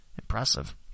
Impressive